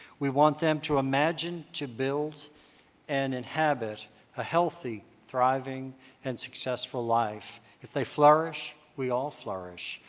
we want them to imagine to build and inhabit a healthy thriving and successful life. if they flourish we all flourish.